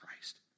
Christ